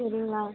சரிங்களா